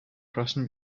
prussian